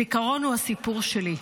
זיכרון הוא הסיפור שלי.